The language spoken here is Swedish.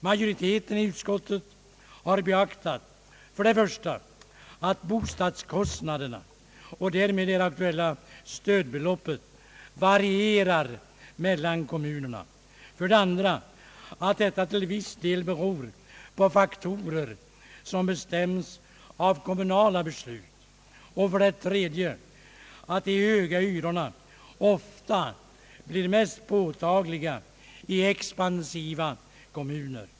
Majoriteten i utskottet har beaktat: för det första att bostadskostnaderna och därmed det aktuella stödbeloppet varierar mellan kommunerna, för det andra att detta till viss del beror på faktorer som bestäms av kommunala beslut och för det tredje att de höga hyrorna ofta blir mest påtagliga i expansiva kommuner.